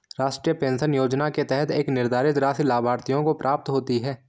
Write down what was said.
राष्ट्रीय पेंशन योजना के तहत एक निर्धारित राशि लाभार्थियों को प्राप्त होती है